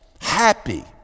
happy